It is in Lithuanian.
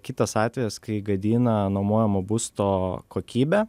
kitas atvejis kai gadina nuomojamo būsto kokybę